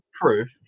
proof